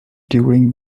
during